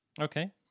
Okay